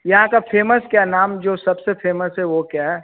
यहाँ का फेमस क्या नाम जो सबसे फेमस है वह क्या है